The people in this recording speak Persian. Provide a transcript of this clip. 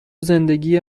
زندگی